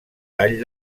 tall